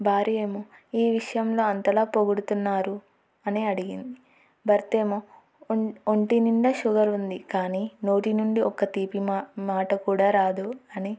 భార్యేమో ఈ విషయంలో అంతలా పొగుడుతున్నారు అని అడిగింది భర్తేమో ఒంటి నుండా షుగర్ ఉంది కానీ నోటి నుండి ఒక తీపి మాట కూడా రాదు అని